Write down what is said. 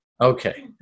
Okay